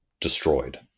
destroyed